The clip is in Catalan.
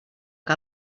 que